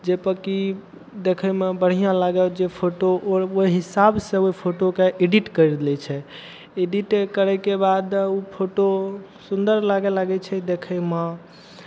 जाहिपर कि देखयमे बढ़िआँ लागय जे फोटो ओ ओहि हिसाबसँ ओहि फोटोकेँ एडिट करि लै छै एडिट करयके बाद ओ फोटो सुन्दर लाग लागै छै देखयमे